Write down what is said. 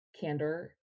candor